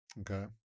Okay